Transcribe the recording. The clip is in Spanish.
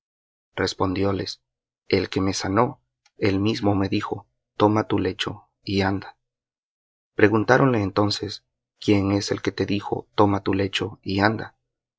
lecho respondióles el que me sanó él mismo me dijo toma tu lecho y anda preguntáronle entonces quién es el que te dijo toma tu lecho y anda